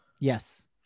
Yes